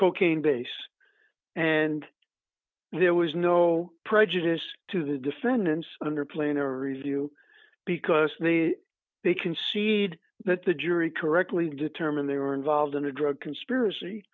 cocaine base and there was no prejudice to the defendants under plainer review because they concede that the jury correctly determined they were involved in a drug conspiracy